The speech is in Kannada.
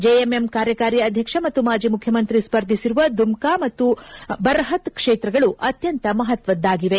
ಜೆಎಂಎಂ ಕಾರ್ಯಕಾರಿ ಅಧ್ಯಕ್ಷ ಮತ್ತು ಮಾಜ ಮುಖ್ಯಮಂತ್ರಿ ಸ್ಪರ್ಧಿಸಿರುವ ದುಮ್ನಾ ಮತ್ತು ಬರ್ಹತ್ ಕ್ಷೇತ್ರಗಳು ಅತ್ಯಂತ ಮಹತ್ವದ್ದಾಗಿವೆ